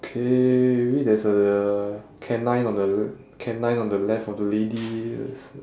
okay maybe there's a canine on the canine on the left of the lady it's uh